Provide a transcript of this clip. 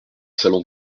salon